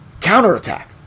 counterattack